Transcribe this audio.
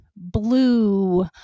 blue